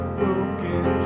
broken